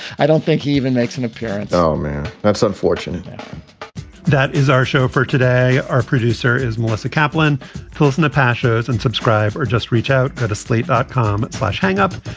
i don't think he even makes an appearance. oh man that's unfortunate that that is our show for today. our producer is melissa kaplan hosting the pasha's and subscribe or just reach out to slate dotcom slash hang up.